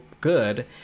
good